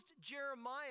Jeremiah